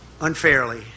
unfairly